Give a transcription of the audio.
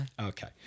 Okay